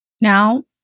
Now